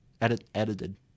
Edited